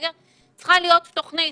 צריכה להיות תכנית.